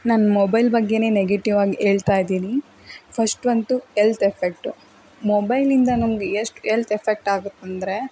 ನಾನು ಮೊಬೈಲ್ ಬಗ್ಗೆನೇ ನೆಗೆಟಿವ್ ಆಗಿ ಹೇಳ್ತಾ ಇದ್ದೀನಿ ಫಸ್ಟ್ ಅಂತೂ ಹೆಲ್ತ್ ಎಫ್ಫೆಕ್ಟು ಮೊಬೈಲಿಂದ ನಮಗೆ ಎಷ್ಟು ಹೆಲ್ತ್ ಆಗುತ್ತಂದರೆ